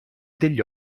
degli